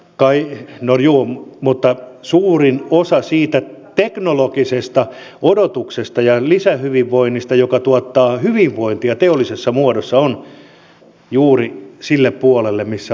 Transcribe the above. no juu mutta suurin osa siitä teknologisesta odotuksesta ja lisähyvinvoinnista joka tuottaa hyvinvointia teollisessa muodossa on juuri sille puolelle millä on biosektori